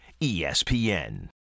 espn